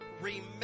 remember